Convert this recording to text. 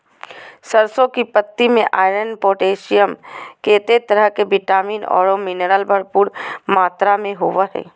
सरसों की पत्ति में आयरन, पोटेशियम, केते तरह के विटामिन औरो मिनरल्स भरपूर मात्रा में होबो हइ